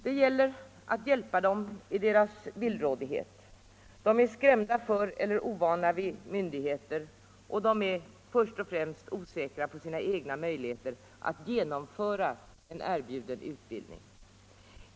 Det gäller att hjälpa dem i deras villrådighet. De är skrämda för eller ovana vid myndigheter, och de är först och främst osäkra på sina egna möjligheter att genomföra en erbjuden utbildning.